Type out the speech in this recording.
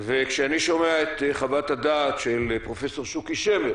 וכשאני שומע את חוות הדעת של פרופ' שוקי שמר